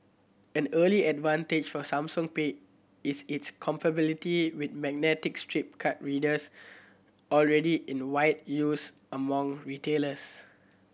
and early advantage for Samsung Pay is its compatibility with magnetic stripe card readers already in wide use among retailers